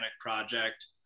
project